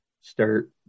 start